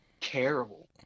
terrible